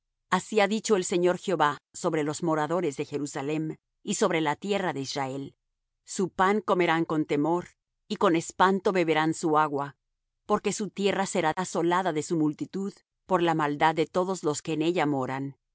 así ha dicho el señor jehová sobre los moradores de jerusalem y sobre la tierra de israel su pan comerán con temor y con espanto beberán su agua porque su tierra será asolada de su multitud por la maldad de todos los que en ella moran